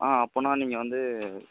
ஆ அப்படினா நீங்கள் வந்து